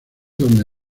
donde